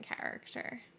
character